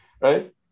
right